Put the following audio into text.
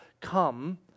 come